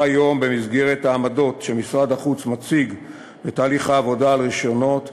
היום במסגרת העמדות שמשרד החוץ מציג בתהליך העבודה על רישיונות,